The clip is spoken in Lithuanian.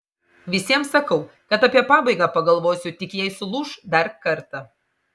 visiems sakau kad apie pabaigą pagalvosiu tik jei sulūš dar kartą